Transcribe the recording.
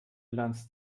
bilanz